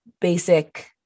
basic